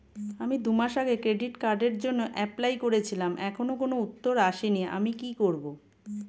আমি দুমাস আগে ক্রেডিট কার্ডের জন্যে এপ্লাই করেছিলাম এখনো কোনো উত্তর আসেনি আমি কি করব?